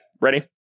Ready